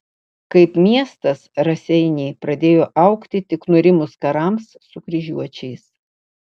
kaip miestas raseiniai pradėjo augti tik nurimus karams su kryžiuočiais